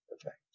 effect